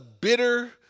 bitter